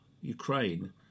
Ukraine